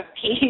peace